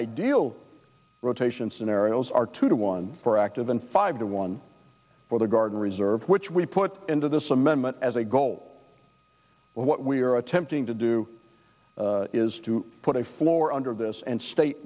ideal rotation scenarios are two to one for active and five to one for the guard and reserve which put into this amendment as a goal what we are attempting to do is to put a floor under this and state